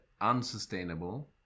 unsustainable